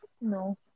No